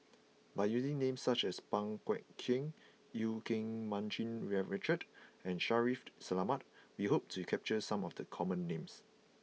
by using names such as Pang Guek Cheng Eu Keng Mun Richard and Shaffiq Selamat we hope to capture some of the common names